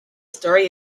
story